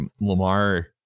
Lamar